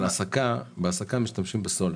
להסקה משתמשים בסולר.